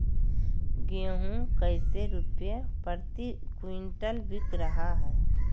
गेंहू कैसे रुपए प्रति क्विंटल बिक रहा है?